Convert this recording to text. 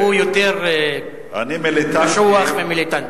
הוא יותר קשוח ומיליטנטי.